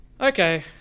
okay